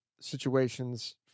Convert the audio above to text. situations